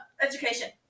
Education